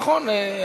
נכון,